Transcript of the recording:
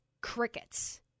crickets